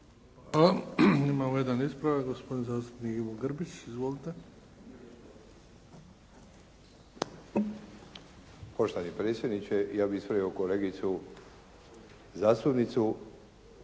Hvala. Imamo jedan ispravak. Gospodin zastupnik Ivo Grbić. Izvolite. **Grbić, Ivo (HDZ)** Poštovani predsjedniče ja bih ispravio kolegicu zastupnicu